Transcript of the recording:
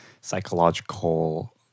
psychological